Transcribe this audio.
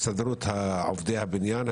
הסתדרות עובדי הבניין,